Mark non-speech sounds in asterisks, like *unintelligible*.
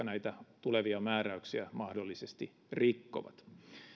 *unintelligible* näitä tulevia määräyksiä mahdollisesti rikkovat